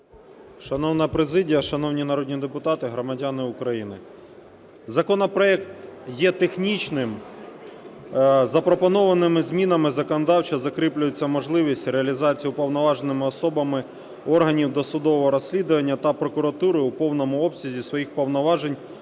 Шановна президія, шановні народні депутати, громадяни України! Законопроект є технічним. Запропонованими змінами законодавчо закріплюється можливість реалізації уповноваженими особами органів досудового розслідування та прокуратури в повному обсязі своїх повноважень